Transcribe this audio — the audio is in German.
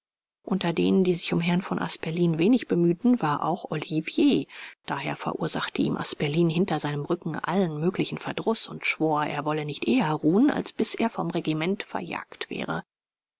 unter denen die sich um herrn von asperlin wenig bemühten war auch olivier daher verursachte ihm asperlin hinter seinem rücken allen möglichen verdruß und schwor er wolle nicht eher ruhen als bis er vom regiment verjagt wäre